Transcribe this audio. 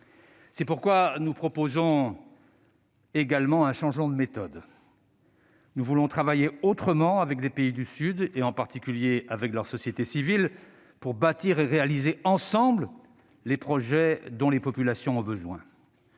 C'est pourquoi nous proposons également un changement de méthode. Nous voulons travailler autrement avec les pays du Sud, en particulier avec leurs sociétés civiles, pour bâtir et réaliser ensemble les projets dont les populations ont besoin.